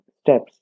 steps